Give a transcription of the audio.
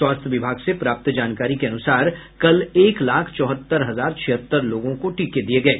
स्वास्थ्य विभाग से प्राप्त जानकारी के अनुसार कल एक लाख चौहत्तर हजार छिहत्तर लोगों को टीके दिये गये